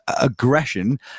aggression